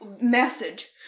message